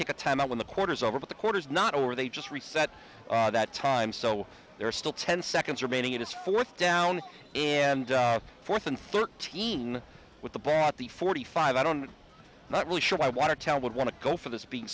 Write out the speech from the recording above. take a time out when the quarters over the quarters not over they just reset that time so there are still ten seconds remaining in his fourth down and fourth and thirteen with the bat the forty five i don't not really sure why watertown would want to go for this being